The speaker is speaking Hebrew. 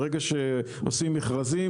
ברגע שעושים מכרזים,